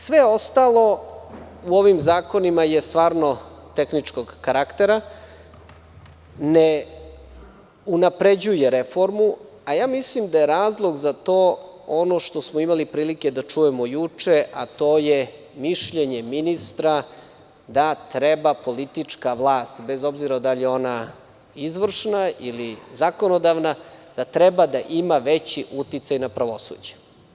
Sve ostalo u ovim zakonima je stvarno tehničkog karaktera, ne unapređuje reformu, a ja mislim da je razlog za to ono što smo imali prilike da čujemo juče, a to je mišljenje ministra da treba politička vlast, bez obzira da li je ona izvršna ili zakonodavna, da treba da ima veći uticaj na pravosuđe.